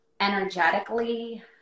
energetically